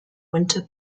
winter